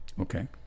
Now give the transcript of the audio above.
Okay